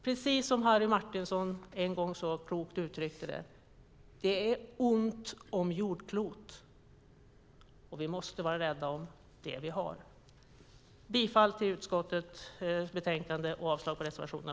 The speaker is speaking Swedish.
Precis som Harry Martinson en gång så klokt uttryckte det är det ont om jordklot, och vi måste vara rädda om det vi har. Jag yrkar bifall till förslaget i utskottets betänkande och avslag på reservationerna.